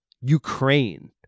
Ukraine